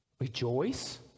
Rejoice